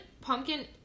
pumpkin